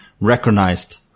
recognized